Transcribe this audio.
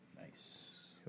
Nice